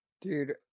Dude